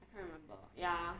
I can't remember ya